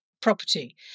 property